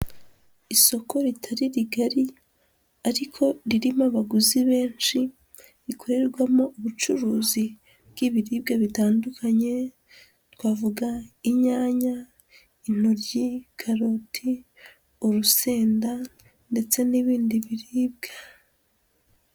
Isoko ritari rigari ariko ririmo abaguzi benshi, rikorerwamo ubucuruzi bw'ibiribwa bitandukanye, twavuga inyanya, intoryi, karoti, urusenda ndetse n'ibindi biribwa.